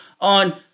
on